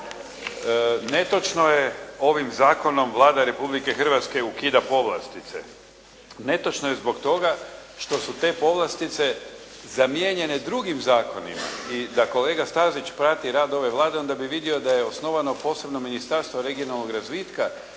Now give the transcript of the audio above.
Netočno je "Ovim zakonom Vlada Republike Hrvatske ukida povlastice. Netočno je zbog toga što su te povlastice zamijenjene drugim zakonima i da kolega Stazić prati rad ove Vlade onda bi vidio da je osnovano posebno Ministarstvo regionalnog razvitka